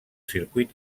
circuit